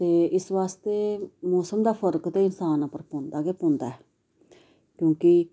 ते इस आस्तै मौसम दा फर्क ते इंसान उप्पर पौंदा के पौंदा ऐ क्योंकि